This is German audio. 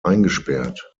eingesperrt